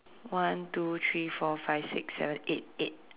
one two three four five six seven eight eight